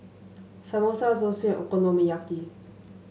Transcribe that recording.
Samosa Zosui Okonomiyaki